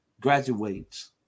graduates